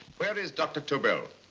where is dr. tobel?